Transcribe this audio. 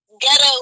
Ghetto